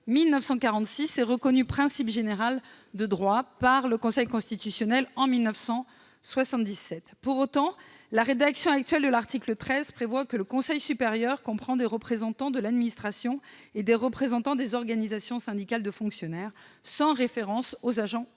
1946 et reconnu principe général du droit par le Conseil constitutionnel, en 1977. Pour autant, la rédaction actuelle de l'article 13 de la loi du 11 janvier 1984 prévoit que le Conseil supérieur comprend des représentants de l'administration et des représentants des organisations syndicales de fonctionnaires, sans référence aux agents